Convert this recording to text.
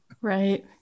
right